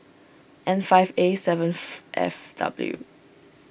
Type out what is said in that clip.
N five A seven F W